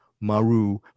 Maru